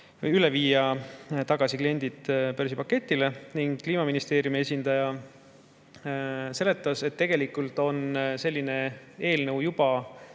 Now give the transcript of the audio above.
üle viia tagasi börsipaketile. Kliimaministeeriumi esindaja seletas, et tegelikult on selline eelnõu juba